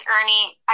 Ernie